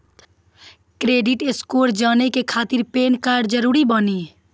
Credit score जाने के खातिर पैन कार्ड जरूरी बानी?